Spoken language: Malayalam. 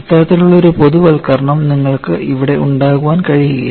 അത്തരത്തിലുള്ള ഒരു പൊതുവൽക്കരണം നിങ്ങൾക്ക് ഇവിടെ ഉണ്ടാക്കാൻ കഴിയില്ല